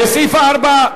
לסעיף 4,